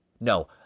No